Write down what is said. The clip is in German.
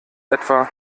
etwa